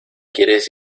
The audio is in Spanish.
quieres